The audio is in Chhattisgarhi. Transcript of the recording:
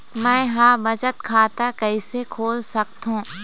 मै ह बचत खाता कइसे खोल सकथों?